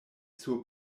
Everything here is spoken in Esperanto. sur